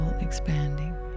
expanding